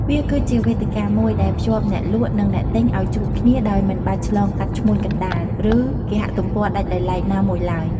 វាគឺជាវេទិកាមួយដែលភ្ជាប់អ្នកលក់និងអ្នកទិញឱ្យជួបគ្នាដោយមិនចាំបាច់ឆ្លងកាត់ឈ្មួញកណ្តាល ឬគេហទំព័រដាច់ដោយឡែកណាមួយឡើយ។